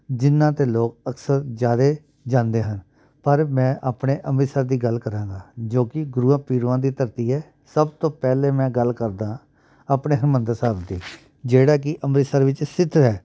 ਜਿਹਨਾਂ 'ਤੇ ਲੋਕ ਅਕਸਰ ਜ਼ਿਆਦਾ ਜਾਂਦੇ ਹਨ ਪਰ ਮੈਂ ਆਪਣੇ ਅੰਮ੍ਰਿਤਸਰ ਦੀ ਗੱਲ ਕਰਾਂਗਾ ਜੋ ਕਿ ਗੁਰੂਆਂ ਪੀਰਾਂ ਦੀ ਧਰਤੀ ਹੈ ਸਭ ਤੋਂ ਪਹਿਲੇ ਮੈਂ ਗੱਲ ਕਰਦਾ ਆਪਣੇ ਹਰਿਮੰਦਰ ਸਾਹਿਬ ਦੀ ਜਿਹੜਾ ਕਿ ਅੰਮ੍ਰਿਤਸਰ ਵਿੱਚ ਸਥਿਤ ਹੈ